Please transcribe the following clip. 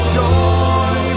joy